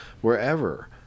wherever